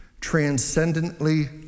Transcendently